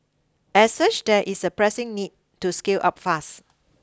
as such there is a pressing need to scale up fast